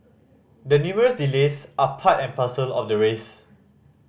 the numerous delays are part and parcel of the race